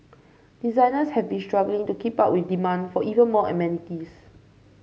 designers have been struggling to keep up with demand for even more amenities